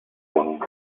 con